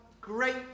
great